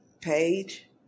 page